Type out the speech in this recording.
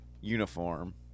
uniform